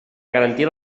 garantir